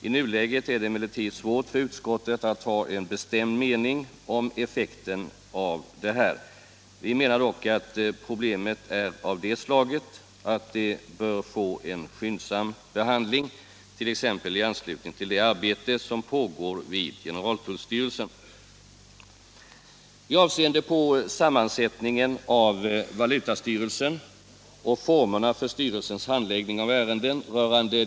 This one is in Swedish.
I nuläget är det emellertid svårt för utskottet att ha en bestämd mening om effekten av en sådan. Vi menar dock att problemet är av det slaget att det bör få en skyndsam behandling, t.ex. i anslutning till det arbete som pågår vid generaltullstyrelsen.